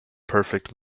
perfect